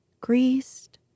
greased